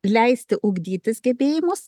leisti ugdytis gebėjimus